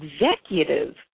executive